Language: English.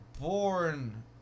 born